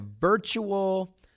virtual